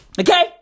Okay